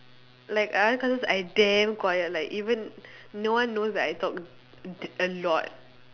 like other classes I damn quiet like even no one knows that I talk d~ a lot